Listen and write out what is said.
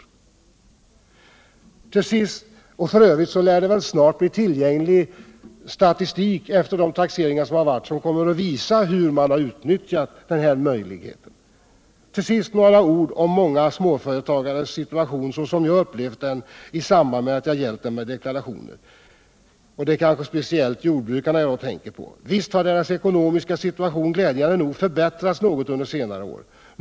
F. ö. lär det väl efter de taxeringar som gjorts snart finnas statistik tillgänglig som visar hur man utnyttjat den här möjligheten. Till sist några ord om många småföretagares situation såsom jag upplevt den i samband med att jag hjälpt dem med deklarationer. Det är speciellt jordbrukare jag tänker på. Visst har deras ekonomiska situation glädjande nog förbättrats något under senare år.